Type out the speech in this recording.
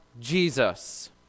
Jesus